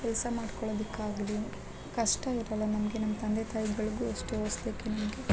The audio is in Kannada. ಕೆಲಸ ಮಾಡ್ಕೊಳೊದಿಕ್ಕಾಗಲಿ ಕಷ್ಟ ಇರಲ್ಲ ನಮಗೆ ನಮ್ಮ ತಂದೆ ತಾಯಿ ಬೆಳ್ಗು ಅಷ್ಟು ಓದ್ಸ್ಲಿಕ್ಕೆ ನಮಗೆ